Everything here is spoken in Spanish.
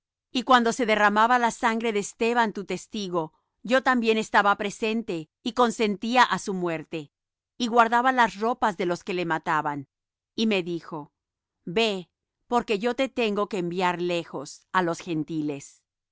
y cuando se derramaba la sangre de esteban tu testigo yo también estaba presente y consentía á su muerte y guardaba las ropas de los que le mataban y me dijo ve porque yo te tengo que enviar lejos á los gentiles